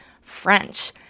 French